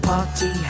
party